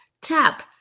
tap